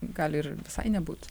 gali ir visai nebūt